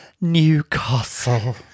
Newcastle